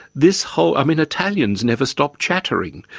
this whole, i mean, italians never stop chattering,